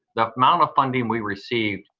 the amount of funding we received